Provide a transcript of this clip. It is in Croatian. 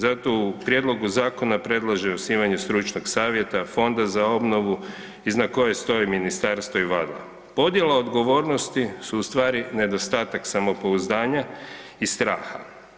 Zato u prijedlogu zakona predlaže osnivanje stručnog savjeta, Fonda za obnovu iza kojeg stoje ministarstva i … [[Govornik se ne razumije]] Podjela odgovornosti su u stvari nedostatak samopouzdanja i straha.